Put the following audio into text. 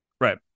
Right